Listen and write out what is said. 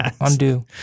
Undo